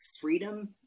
freedom